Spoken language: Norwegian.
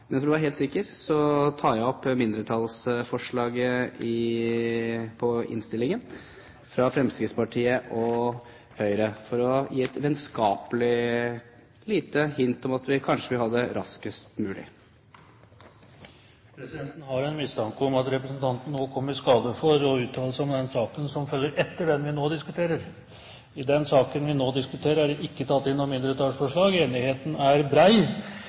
Men for å være helt sikker tar jeg opp mindretallsforslaget i innstillingen, fra Fremskrittspartiet og Høyre, for å gi et vennskapelig lite hint om at vi kanskje kunne få det raskest mulig. Presidenten har en mistanke om at representanten Dahl nå kom i skade for å uttale seg om den saken som følger etter den vi nå diskuterer. I den saken vi nå diskuterer, er det ikke tatt inn noe mindretallsforslag. Enigheten er